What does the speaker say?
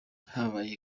habaye